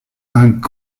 ung